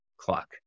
clock